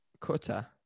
Cutter